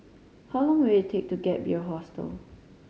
how long will it take to Gap Year Hostel